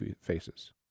faces